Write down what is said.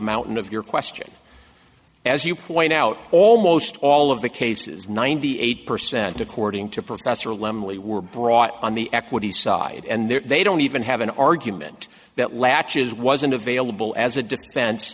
mountain of your question as you point out almost all of the cases ninety eight percent according to professor lemley were brought on the equity side and there they don't even have an argument that latches wasn't available as a defen